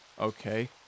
Okay